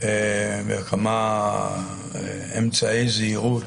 וכמה אמצעי זהירות.